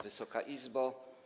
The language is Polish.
Wysoka Izbo!